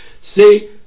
see